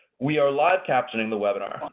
we are live captioning the webinar,